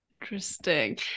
interesting